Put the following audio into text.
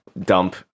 dump